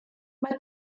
mae